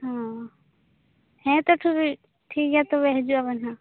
ᱦᱚᱸ ᱦᱮᱛᱚ ᱴᱷᱤᱠ ᱜᱮᱭᱟ ᱛᱚᱵᱮ ᱦᱤᱡᱩᱜ ᱟᱵᱮᱱ ᱱᱷᱟᱜ